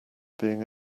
being